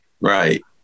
Right